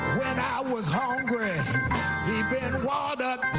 when i was hungry. water